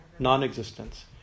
non-existence